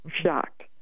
shocked